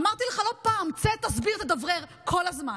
אמרתי לך לא פעם: צא, תסביר, תדברר כל הזמן.